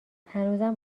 هنوزم